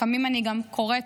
לפעמים אני גם קוראת,